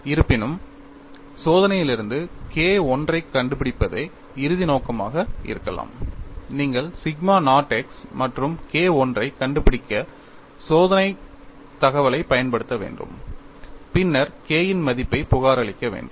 இருப்பினும் சோதனையிலிருந்து K I ஐக் கண்டுபிடிப்பதே இறுதி நோக்கமாக இருக்கலாம் நீங்கள் சிக்மா நாட் x மற்றும் K I ஐக் கண்டுபிடிக்க சோதனைத் தகவலைப் பயன்படுத்த வேண்டும் பின்னர் K இன் மதிப்பைப் புகாரளிக்க வேண்டும்